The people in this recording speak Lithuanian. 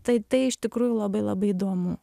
tai tai iš tikrųjų labai labai įdomu